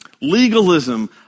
Legalism